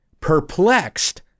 perplexed